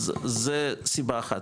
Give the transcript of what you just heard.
אז זה סיבה אחת.